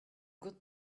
good